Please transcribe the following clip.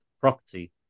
property